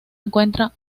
encuentra